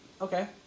Okay